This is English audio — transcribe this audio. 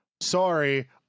sorry